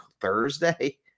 Thursday